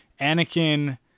Anakin